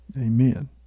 Amen